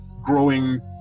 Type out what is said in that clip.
growing